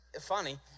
funny